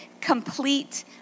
complete